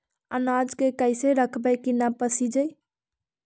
अनाज के कैसे रखबै कि न पसिजै?